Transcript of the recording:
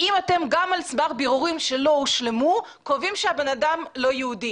האם אתם גם על סמך בירורים שלא הושלמו קובעים שהבן אדם לא יהודי.